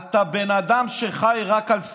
אתה בן אדם שחי רק על שנאה.